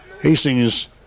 Hastings